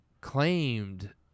claimed